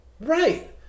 right